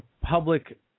public